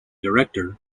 director